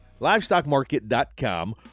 LivestockMarket.com